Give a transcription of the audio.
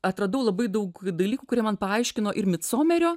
atradau labai daug dalykų kurie man paaiškino ir micomerio